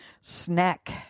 Snack